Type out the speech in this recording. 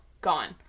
gone